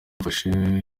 yafashe